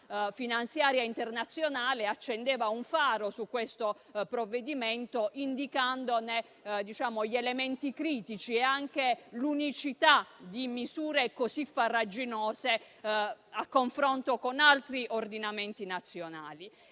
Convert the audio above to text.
la grande stampa finanziaria internazionale ha acceso un faro su questo provvedimento, indicandone gli elementi critici e anche l'unicità di misure così farraginose a confronto con altri ordinamenti nazionali.